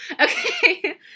Okay